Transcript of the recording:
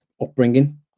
upbringing